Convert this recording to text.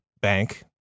bank